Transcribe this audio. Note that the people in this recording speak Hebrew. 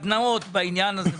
סדנאות בעניין הזה.